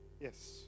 Yes